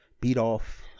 beat-off